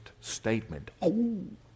statement